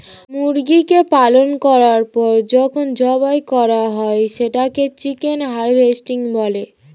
মুরগিকে পালন করার পর যখন জবাই করা হয় সেটাকে চিকেন হারভেস্টিং বলে